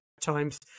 times